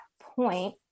point